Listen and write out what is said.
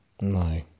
No